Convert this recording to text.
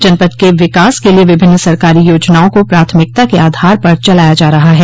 जनपद के विकास के लिए विभिन्न सरकारी योजनाओं को प्राथमिकता के आधार पर चलाया जा रहा है